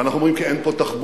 ואנחנו אומרים כי אין פה תחבורה,